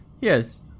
Yes